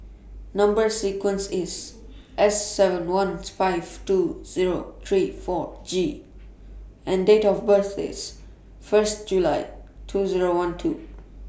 Number sequence IS S seven one five two Zero three four G and Date of birth IS firs July two Zero one two